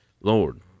Lord